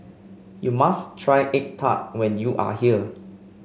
you must try egg tart when you are here